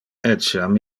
etiam